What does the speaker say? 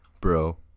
bro